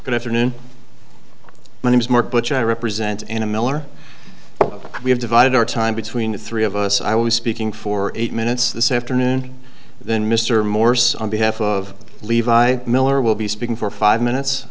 good afternoon my name is mark butcher i represent in a miller we have divided our time between the three of us i was speaking for eight minutes this afternoon then mr morse on behalf of levi miller will be speaking for five minutes